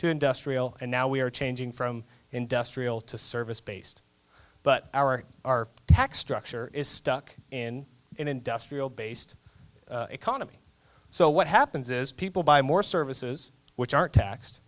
to industrial and now we are changing from industrial to service based but our our tax structure is stuck in an industrial based economy so what happens is people buy more services which are taxed